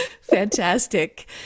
fantastic